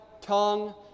tongue